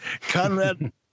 Conrad